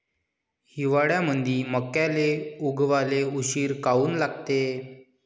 हिवाळ्यामंदी मक्याले उगवाले उशीर काऊन लागते?